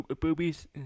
boobies